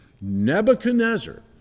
Nebuchadnezzar